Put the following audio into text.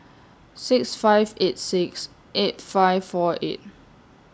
six five eight six eight five four eight